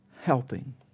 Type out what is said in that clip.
helping